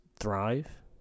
thrive